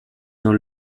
dans